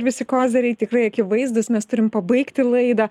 visi koziriai tikrai akivaizdūs mes turim pabaigti laidą